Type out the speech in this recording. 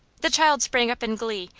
the child sprang up in glee,